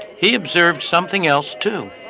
he observed something else, too.